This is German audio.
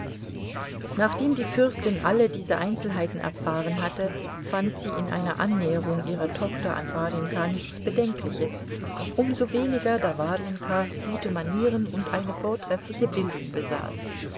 nachdem die fürstin alle diese einzelheiten erfahren hatte fand sie in einer annäherung ihrer tochter an warjenka nichts bedenkliches um so weniger da warjenka gute manieren und eine vortreffliche bildung besaß